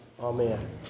Amen